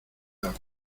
agua